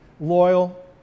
Loyal